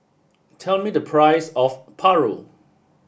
tell me the price of Paru